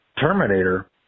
Terminator